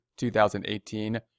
2018